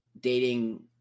dating